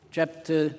Chapter